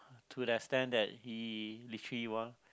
to the extend that he literally